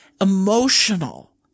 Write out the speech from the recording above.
emotional